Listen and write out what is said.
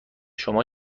شما